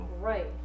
Right